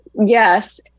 Yes